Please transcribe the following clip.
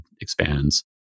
expands